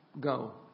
go